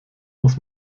muss